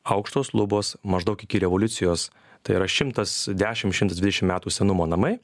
aukštos lubos maždaug iki revoliucijos tai yra šimtas dešimt šimtas dvidešimt metų senumo namai